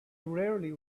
rarely